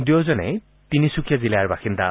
দুয়োজনেই তিনিচুকীয়া জিলাৰ বাসিন্দা